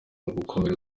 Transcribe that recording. ugukomeza